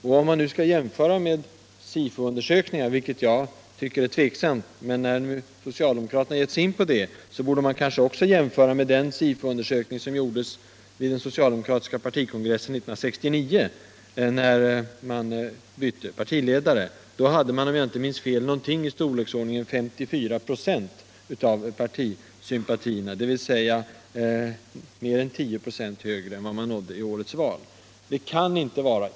Om man skall jämföra med opinionsundersökningar, vilket är tveksamt, men socialdemokraterna har ju börjat med det, borde man kanske också jämföra med den undersökning som gjordes vid den socialdemokratiska partikongressen 1969, när man bytte partiledare. Då hade socialdemokraterna, om jag inte minns fel, ungefär 54 96 av partisympatierna, dvs. mer än 10 926 högre än i årets val.